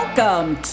Welcome